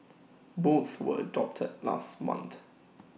both were adopted last month